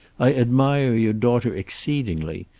i admire your daughter exceedingly.